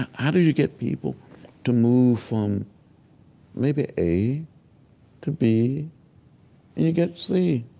how do you get people to move from maybe a to b, and you get c?